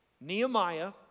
Nehemiah